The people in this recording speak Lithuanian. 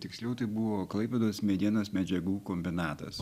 tiksliau tai buvo klaipėdos medienos medžiagų kombinatas